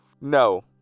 No